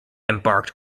embarked